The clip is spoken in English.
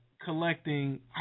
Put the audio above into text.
collecting